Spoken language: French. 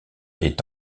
est